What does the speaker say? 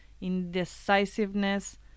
indecisiveness